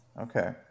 Okay